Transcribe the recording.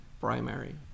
primary